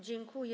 Dziękuję.